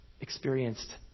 experienced